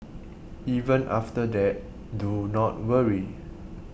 even after that do not worry